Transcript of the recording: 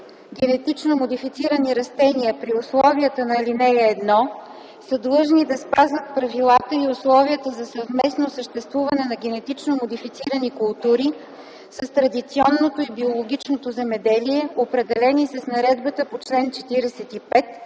генетично модифицирани растения при условията на ал. 1, са длъжни да спазват правилата и условията за съвместно съществуване на генетично модифицирани култури с традиционното и биологичното земеделие, определени с наредбата по чл. 45,